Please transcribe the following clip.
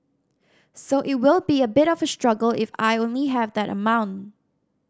so it will be a bit of a struggle if I only have that amount